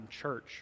church